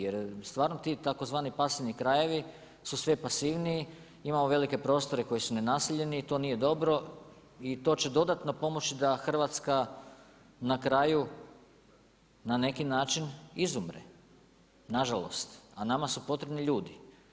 Jer stvarno ti tzv. pasivni krajevi su sve pasivniji, imamo velike prostore koji su nenaseljeni i to nije dobro i to će dodatno pomoći da Hrvatska na kraju na neki način izumre, nažalost, a nama su potrebni ljudi.